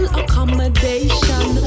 accommodation